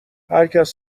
هرکس